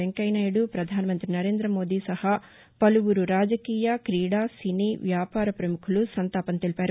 వెంకయ్యనాయుడు ప్రధానమంతి నరేంద్ర మోదీ నహా పలుపురు రాజకీయ క్రీడా సినీ వ్యాపార ప్రముఖులు సంతాపం తెలిపారు